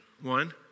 One